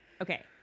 Okay